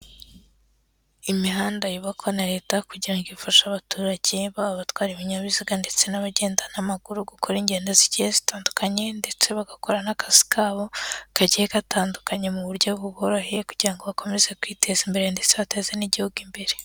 Imihanda yubakwa na leta kugira ngo ifashe abaturage baba abatwara ibinyabiziga ndetse n'abagendana n'amaguru gukora ingendo zigiye zitandukanye, ndetse bagakora n'akazi kabo kagiye gatandukanye mu buryo buboroheye kugira ngo bakomeze kwiteza imbere ndetse bateze n'igihugu imbere.